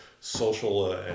social